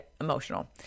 emotional